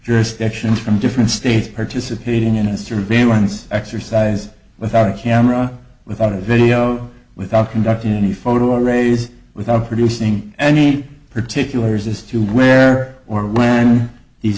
jurisdictions from different states participating in a surveillance exercise without a camera without a video without conducting any photo or raise without producing any particulars as to where or when the